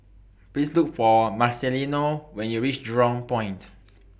Please Look For Marcelino when YOU REACH Jurong Point